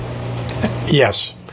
Yes